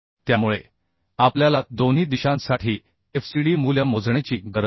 त्यामुळे आपल्याला दोन्ही दिशांसाठी FCD मूल्य मोजण्याची गरज नाही